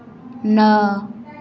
ନଅ